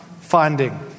finding